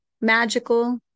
magical